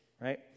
right